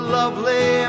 lovely